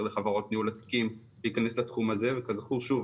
לחברות ניהול התיקים להיכנס לתחום הזה וכזכור שוב,